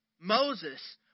Moses